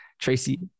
Tracy